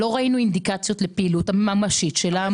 לא ראינו אינדיקציות לפעילות הממשית של העמותה.